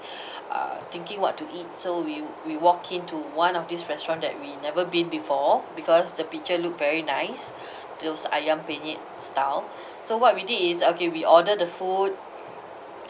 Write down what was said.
uh thinking what to eat so we we walked in to one of this restaurant that we never been before because the picture look very nice there was ayam penyet style so what we did is okay we order the food